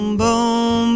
boom